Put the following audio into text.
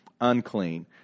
unclean